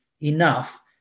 enough